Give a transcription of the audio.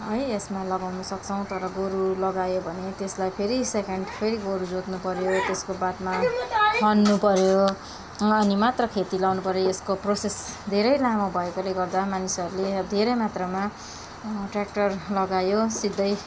है यसमा लगाउनु सक्छौँ तर गोरु लगायो भने त्यसलाई फेरि सेकेन्ड फेरि गोरु जोत्नु पऱ्यो तेसको बादमा खन्नु पऱ्यो अनि मात्रा खेती लाउनु पऱ्यो यसको प्रोसेस धेरै लामो भएकोले गर्दा मानिसहरूले अब धेरै मात्रामा ट्रयाक्टर लगायो सिधै